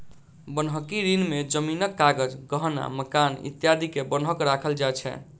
बन्हकी ऋण में जमीनक कागज, गहना, मकान इत्यादि के बन्हक राखल जाय छै